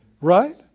Right